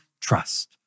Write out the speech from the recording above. trust